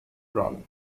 run